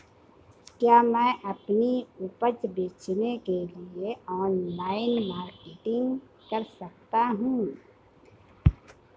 क्या मैं अपनी उपज बेचने के लिए ऑनलाइन मार्केटिंग कर सकता हूँ?